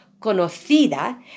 conocida